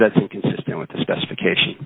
that's consistent with the specifications